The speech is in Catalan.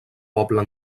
poble